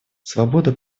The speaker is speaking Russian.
свобода